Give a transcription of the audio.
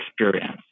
experience